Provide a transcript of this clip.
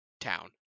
town